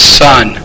son